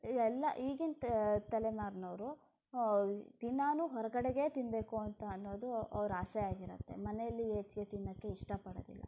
ಎಲ್ಲ ಈಗಿನ ತಲೆಮಾರಿನವರು ದಿನಾಲೂ ಹೊರಗಡೆಯೇ ತಿನ್ನಬೇಕು ಅಂತ ಅನ್ನೋದು ಅವರ ಆಸೆಯಾಗಿರತ್ತೆ ಮನೆಯಲ್ಲಿ ಹೆಚ್ಚಿಗೆ ತಿನ್ನೋಕೆ ಇಷ್ಟಪಡೋದಿಲ್ಲ